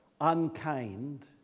unkind